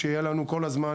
שיהיה לנו כל הזמן